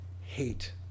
hate